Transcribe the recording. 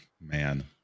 man